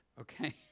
Okay